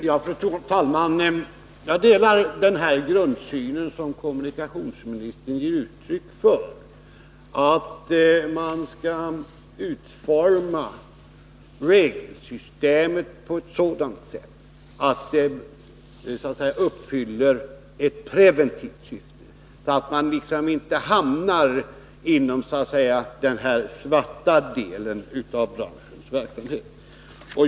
Fru talman! Jag delar den grundsyn som kommunikationsministern ger uttryck för, att man skall utforma regelsystemet på ett sådant sätt att det fyller ett preventivt syfte, så att man liksom inte hamnar inom den svarta delen av branschens verksamhet.